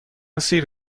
سیر